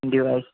جی بھائی